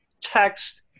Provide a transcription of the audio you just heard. text